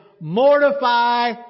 mortify